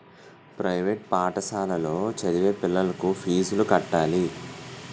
private పాఠశాలలో చదివే పిల్లలకు ఫీజులు కట్టాలి